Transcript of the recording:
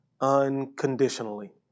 unconditionally